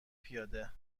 پیاده